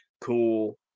Cool